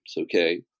Okay